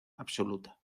absoluta